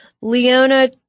Leona